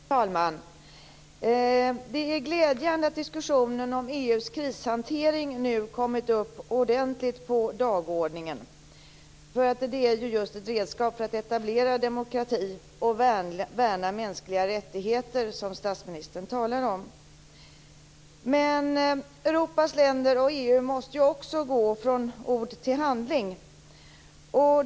Fru talman! Det är glädjande att diskussionen om EU:s krishantering nu kommit upp ordentligt på dagordningen. Det är ju just ett redskap för att etablera demokrati och värna mänskliga rättigheter, som statsministern talar om. Men Europas länder och EU måste också gå från ord till handling.